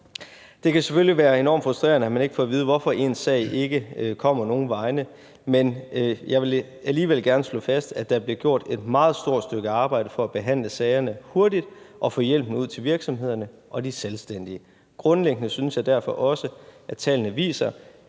Det kan selvfølgelig være enormt frustrerende, at man ikke får at vide, hvorfor ens sag ikke kommer nogen vegne. Men jeg vil alligevel gerne slå fast, at der bliver gjort et meget stort stykke arbejde for at behandle sagerne hurtigt og få hjælpen ud til virksomhederne og de selvstændige. Grundlæggende synes jeg derfor også, at tallene viser,